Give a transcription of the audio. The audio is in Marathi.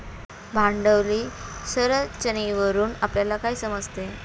भांडवली संरचनेवरून आपल्याला काय समजते?